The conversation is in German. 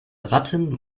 ratten